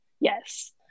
yes